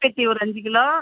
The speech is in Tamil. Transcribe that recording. ஒரு அஞ்சு கிலோ